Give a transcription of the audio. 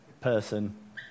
person